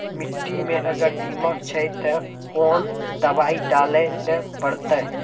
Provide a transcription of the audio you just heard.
मिट्टी मे अगर दीमक छै ते कोंन दवाई डाले ले परतय?